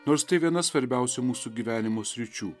nors tai viena svarbiausių mūsų gyvenimo sričių